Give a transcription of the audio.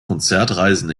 konzertreisen